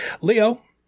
Leo